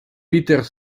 peter